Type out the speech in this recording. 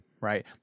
right